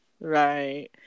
Right